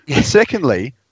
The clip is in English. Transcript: Secondly